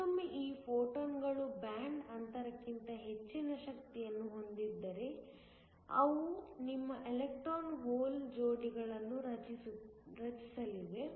ಮತ್ತೊಮ್ಮೆ ಈ ಫೋಟಾನ್ಗಳು ಬ್ಯಾಂಡ್ ಅಂತರಕ್ಕಿಂತ ಹೆಚ್ಚಿನ ಶಕ್ತಿಯನ್ನು ಹೊಂದಿದ್ದರೆ ಅವು ನಿಮ್ಮ ಎಲೆಕ್ಟ್ರಾನ್ ಹೋಲ್ ಜೋಡಿಗಳನ್ನು ರಚಿಸಲಿವೆ